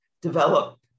develop